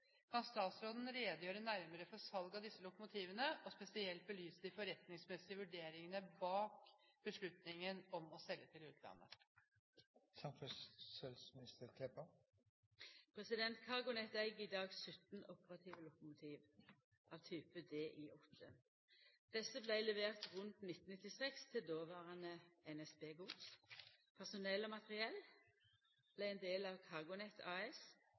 Kan statsråden redegjøre nærmere for salget av disse lokomotivene og spesielt belyse de forretningsmessige vurderingene bak beslutningen om å selge til utlandet?» CargoNet eig i dag 17 operative lokomotiv av typen Di 8. Desse vart leverte rundt 1996 til dåverande NSB Gods. Personell og materiell vart ein del av CargoNet AS